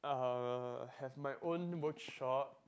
uh have my own workshop